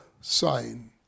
sign